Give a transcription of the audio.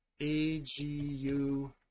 AGU